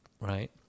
right